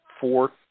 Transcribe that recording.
four